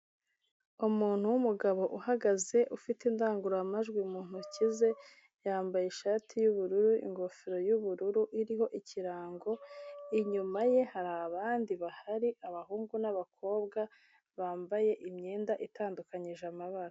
Umuntu w'umugabo uhagaze ufite indangururamajwi mu ntoki ze, yambaye ishati y'ubururu, ingofero y'ubururu iriho ikirango, inyuma ye hari abandi bahari, abahungu n'abakobwa bambaye imyenda itandukanyije amabara.